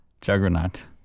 Juggernaut